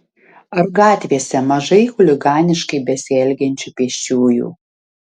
ar gatvėse mažai chuliganiškai besielgiančių pėsčiųjų